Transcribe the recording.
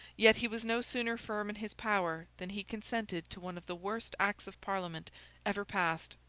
yet he was no sooner firm in his power than he consented to one of the worst acts of parliament ever passed.